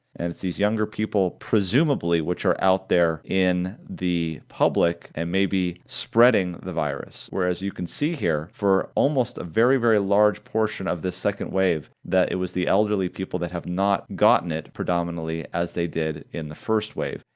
and it's these younger people, presumably, which are out there in the public and maybe spreading the virus, whereas you can see here for almost a very, very large portion of this second wave that it was the elderly people that have not gotten it predominantly as they did in the first wave,